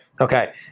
Okay